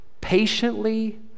Patiently